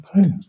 Okay